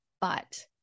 But-